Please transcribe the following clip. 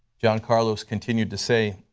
john carlos continued to say,